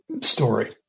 story